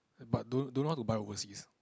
but don't don't know how to buy overseas